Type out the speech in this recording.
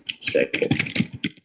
second